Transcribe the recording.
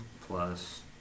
plus